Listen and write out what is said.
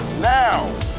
now